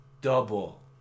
double